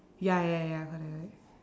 ya ya ya correct correct